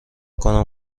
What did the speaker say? کنم